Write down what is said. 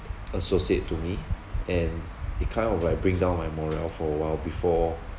associate to me and it kind of like bring down my morale for a while before